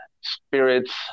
spirits